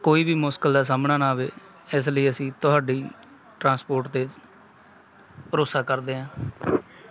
ਕੋਈ ਵੀ ਮੁਸ਼ਕਿਲ ਦਾ ਸਾਹਮਣਾ ਨਾ ਆਵੇ ਇਸ ਲਈ ਅਸੀਂ ਤੁਹਾਡੀ ਟਰਾਂਸਪੋਰਟ 'ਤੇ ਭਰੋਸਾ ਕਰਦੇ ਹਾਂ